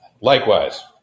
Likewise